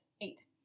Eight